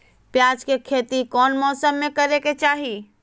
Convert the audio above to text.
प्याज के खेती कौन मौसम में करे के चाही?